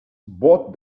bought